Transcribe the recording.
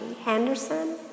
Henderson